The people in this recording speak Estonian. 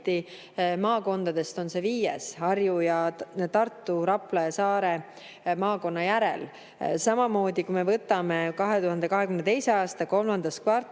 Maakondadest on see viies Harju, Tartu, Rapla ja Saare maakonna järel. Samamoodi, kui me võtame 2022. aasta kolmanda kvartali